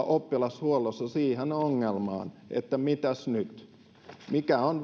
oppilashuollossa törmätään siihen ongelmaan että mitäs nyt mikä on